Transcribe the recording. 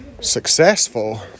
successful